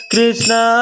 Krishna